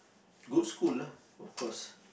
good school lah of course